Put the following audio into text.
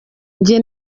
njye